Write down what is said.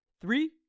three